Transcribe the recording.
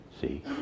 see